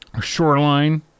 shoreline